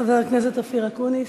חבר הכנסת אופיר אקוניס,